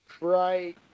right